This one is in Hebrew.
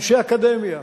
אנשי אקדמיה,